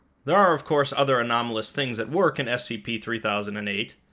there are of course other anomalous things at work in scp three thousand and eight,